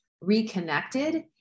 reconnected